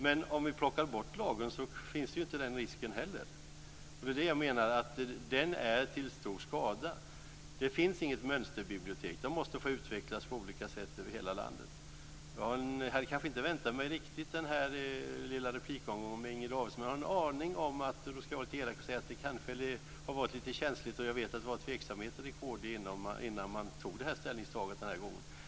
Men om vi plockar bort lagen finns ju inte den risken heller. Jag menar att den är till stor skada. Det finns inget mönsterbibliotek. De måste få utvecklas på olika sätt över hela landet. Jag hade kanske inte väntat mig den här lilla replikomgången med Inger Davidson, men jag hade en aning om det. Nu ska jag vara lite elak och säga att det kanske har varit lite känsligt och jag vet att det har varit tveksamheter i kd innan man gjorde det här ställningstagandet.